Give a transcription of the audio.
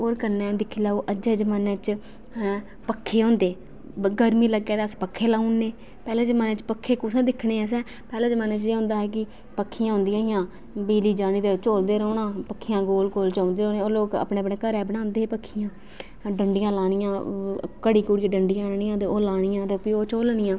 कन्नै दिक्खी लैऔ अज्जै दे जम़ाने च पक्खे होंदे गर्मी लग्गै ते पक्खे लाने पैहले ज पैहले जम़ाने च केह् होंदा हा के पक्खियां होंदियां हियां बिजली जानी ते झोलदे रौह्ना पक्खियां गोल गोल झोलदे रौह्ना ओह् लोक आपूं बनांदे हे